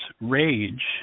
rage